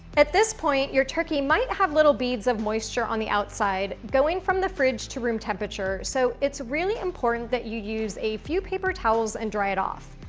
at this point, your turkey might have little beads of moisture on the outside, going from the fridge to room temperature. so it's really important that you use a few paper towels and dry it off.